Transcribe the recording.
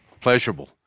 pleasurable